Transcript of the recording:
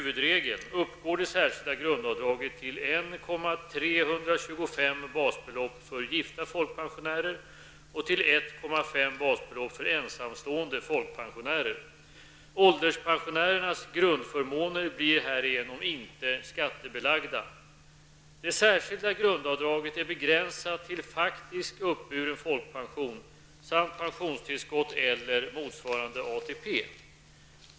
Ålderspensionärernas grundförmåner blir härigenom inte skattebelagda. Det särskilda grundavdraget är begränsat till faktisk uppburen folkpension samt pensionstillskott eller motsvarande ATP.